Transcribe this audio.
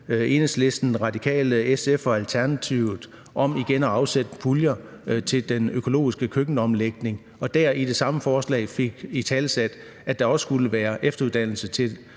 Enhedslisten, Radikale, SF og Alternativet om igen at afsætte puljer til den økologiske køkkenomlægning og i samme ombæring fik italesat, at der også skulle være efteruddannelse i